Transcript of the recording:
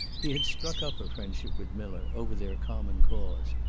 he had struck up a friendship with miller over their common cause,